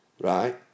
right